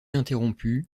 interrompu